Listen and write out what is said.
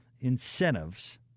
incentives